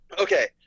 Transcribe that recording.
okay